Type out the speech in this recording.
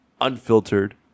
unfiltered